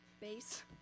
Bass